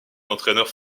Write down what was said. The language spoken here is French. d’entraîneur